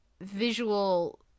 visual